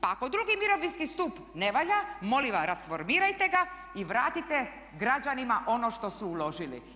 Pa ako II. mirovinski stup ne valja molim vas rasformirajte ga i vratite građanima ono što su uložili.